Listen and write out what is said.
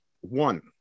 One